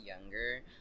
younger